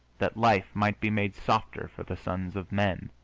that life might be made softer for the sons of men,